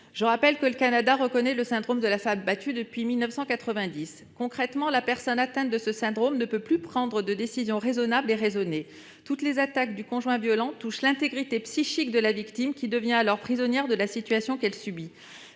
Je rappelle que le Canada reconnaît ce syndrome depuis 1990. Concrètement, la personne qui en est atteinte ne peut plus prendre de décision raisonnable et raisonnée. Toutes les attaques du conjoint violent touchent à l'intégrité psychique de la victime, qui devient alors prisonnière de la situation qu'elle subit.